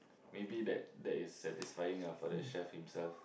maybe that that is satisfying ah for the chef himself